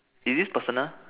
is this personal